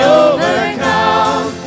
overcome